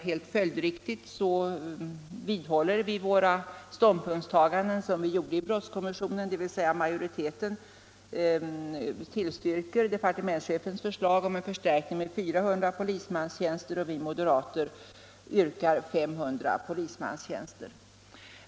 Helt följdriktigt vidhåller vi våra ståndpunktstaganden i brottskommissionen, dvs. majoriteten tillstyrker departementschefens förslag om en förstärkning med 400 och vi moderater yrkar på 500 plismanstjänster.